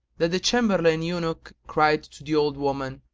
that the chamberlain eunuch cried to the old woman,